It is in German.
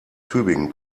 tübingen